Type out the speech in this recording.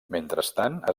mentrestant